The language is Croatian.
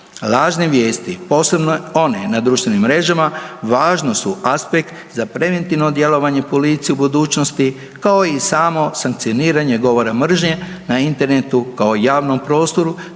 Lažne vijesti, posebno one na društvenim mrežama važan su aspekt za preventivno djelovanje policije u budućnosti, kao i samo sankcioniranje govora mržnje na internetu kao javnom prostoru,